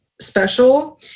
special